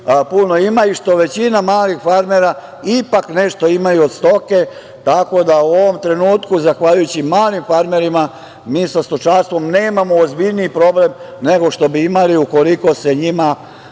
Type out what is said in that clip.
puno ima i što većina malih farmera ipak nešto imaju od stoke, tako da u ovom trenutku, zahvaljujući malim farmerima, mi sa stočarstvom nemamo ozbiljniji problem, nego što bi imali ukoliko se njima